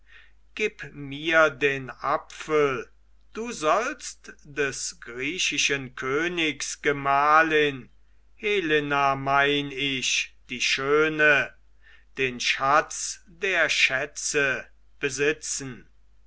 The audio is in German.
gib mir den apfel du sollst des griechischen königs gemahlin helena mein ich die schöne den schatz der schätze besitzen